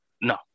No